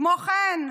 כמו כן,